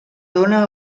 dóna